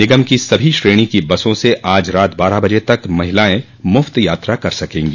निगम की सभी श्रेणी की बसों से आज रात बारह बजे तक महिलायें मुफ्त यात्रा कर सकेंगी